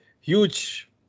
huge